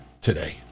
today